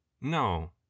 no